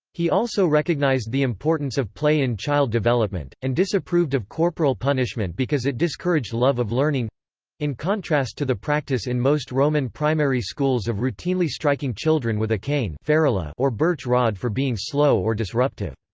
he also recognized the importance of play in child development, and disapproved of corporal punishment because it discouraged love of learning in contrast to the practice in most roman primary schools of routinely striking children with a cane ah or birch rod for being slow or disruptive.